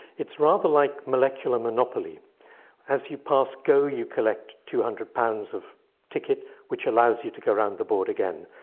it's rather like molecular monopoly as you pass go you collect two hundred pounds of ticket which allows you to go around the board again.